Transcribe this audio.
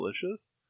delicious